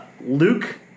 Luke